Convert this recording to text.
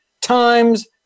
times